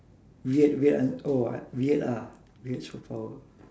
weird weird one oh ah weird ah weird superpower